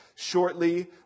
Shortly